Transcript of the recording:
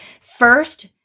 first